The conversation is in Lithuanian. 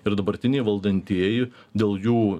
ir dabartiniai valdantieji dėl jų